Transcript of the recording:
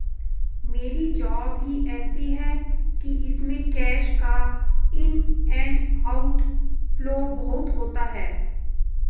मेरी जॉब ही ऐसी है कि इसमें कैश का इन एंड आउट फ्लो बहुत होता है